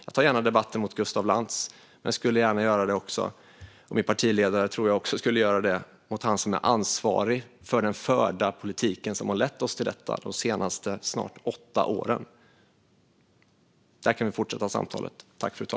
Jag tar gärna debatten mot Gustaf Lantz, men jag och min partiledare skulle också gärna göra det mot den som är ansvarig för den förda politik som lett oss till detta de senaste snart åtta åren. Där kan vi fortsätta samtalet.